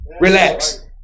Relax